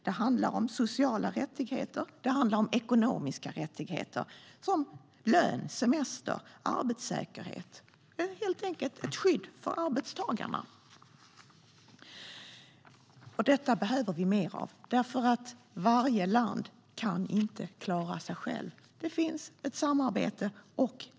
Det handlar om sociala rättigheter och ekonomiska rättigheter, det vill säga lön, semester, arbetssäkerhet - helt enkelt ett skydd för arbetstagarna. Detta behöver vi mer av. Varje land kan inte klara sig självt. Det finns ett samarbete.